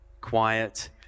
quiet